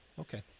Okay